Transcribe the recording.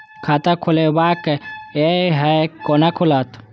खाता खोलवाक यै है कोना खुलत?